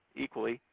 equally,